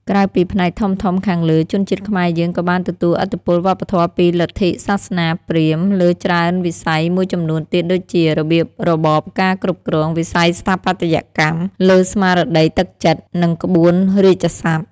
ក្រៅពីផ្នែកធំៗខាងលើ ជនជាតិខ្មែរយើងក៏បានទទួលឥទ្ធិពលវប្បធម៌ពីលទ្ធិសាសនាព្រាហ្មណ៍លើច្រើនវិស័យមួយចំនួនទៀតដូចជា របៀបរបបការគ្រប់គ្រង វិស័យស្ថាបត្យកម្ម លើស្មារតីទឹកចិត្ត និងក្បួនរាជសព្ទ។